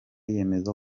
yemeza